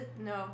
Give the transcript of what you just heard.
no